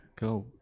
go